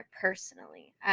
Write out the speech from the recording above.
personally